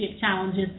challenges